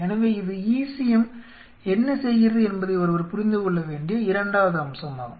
எனவே இது ECM என்ன செய்கிறது என்பதை ஒருவர் புரிந்து கொள்ள வேண்டிய இரண்டாவது அம்சமாகும்